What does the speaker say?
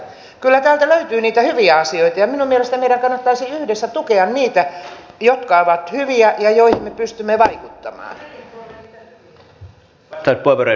kyllä täältä löytyy niitä hyviä asioita ja minun mielestäni meidän kannattaisi yhdessä tukea niitä jotka ovat hyviä ja joihin me pystymme vaikuttamaan